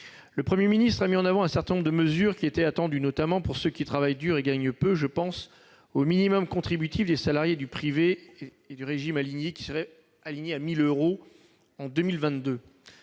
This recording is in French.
Le Premier ministre a mis en avant un certain nombre de mesures qui étaient attendues, notamment par ceux qui travaillent dur et gagnent peu. Je pense au minimum contributif des salariés du privé et des régimes alignés, qui serait porté à 1 000 euros en 2022.